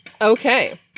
Okay